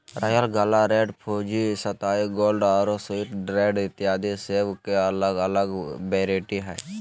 royal gala, red Fuji, सताई gold आरो sweet red इत्यादि सेब के अलग अलग वैरायटी हय